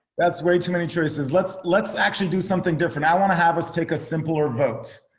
that's way too many choices. let's let's actually do something different. i wanna have a sticker simpler vote.